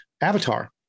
Avatar